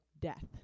death